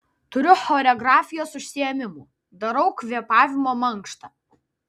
turiu choreografijos užsiėmimų darau kvėpavimo mankštą